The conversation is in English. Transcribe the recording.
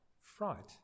fright